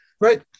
right